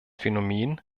phänomen